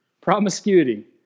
Promiscuity